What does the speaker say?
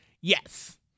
Yes